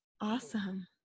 Awesome